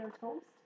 toast